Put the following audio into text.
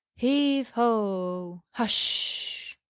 heave-ho! hush!